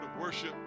worship